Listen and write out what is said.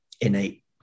innate